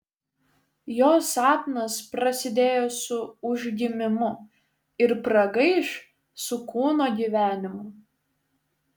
jo sapnas prasidėjo su užgimimu ir pragaiš su kūno gyvenimu